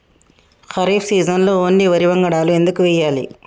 ఖరీఫ్ సీజన్లో ఓన్లీ వరి వంగడాలు ఎందుకు వేయాలి?